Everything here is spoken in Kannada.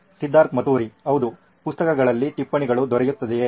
ಸಿದ್ಧಾರ್ಥ್ ಮತುರಿ ಹೌದು ಪುಸ್ತಕಗಳಲ್ಲಿ ಟಿಪ್ಪಣಿಗಳು ದೊರೆಯುತ್ತದೆಯೇ